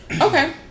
Okay